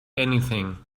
anything